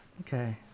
Okay